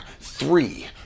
three